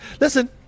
Listen